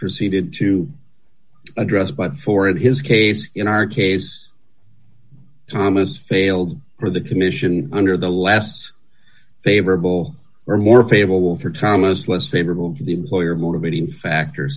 proceeded to address by four of his case in our case thomas failed for the commission under the last favorable or more favorable for thomas less favorable to the employer motivating factor